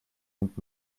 nimmt